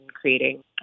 creating